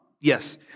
Yes